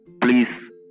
please